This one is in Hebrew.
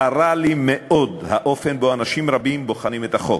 חרה לי מאוד האופן שבו אנשים רבים בוחנים את החוק.